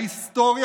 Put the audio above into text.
ההיסטוריה